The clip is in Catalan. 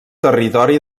territori